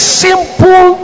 simple